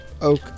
oak